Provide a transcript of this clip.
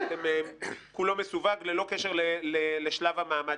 כולו מסווג ללא קשר לשלב המעמד